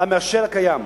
המאשר הקיים.